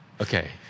Okay